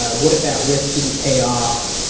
ah what if that risk didn't pay off?